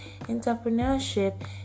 entrepreneurship